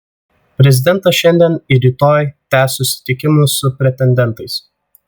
prezidentas šiandien ir rytoj tęs susitikimus su pretendentais